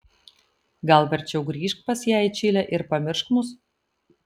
gal verčiau grįžk pas ją į čilę ir pamiršk mus